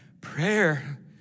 prayer